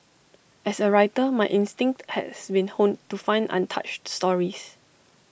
as A writer my instinct has been honed to find untouched stories